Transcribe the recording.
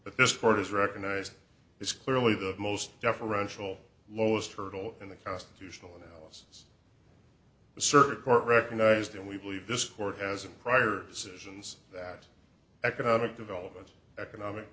but this court has recognized is clearly the most deferential lowest hurdle in the constitutional and the circuit court recognized and we believe this court has a prior decisions that economic development economic